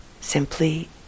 simply